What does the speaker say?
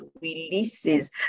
releases